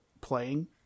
playing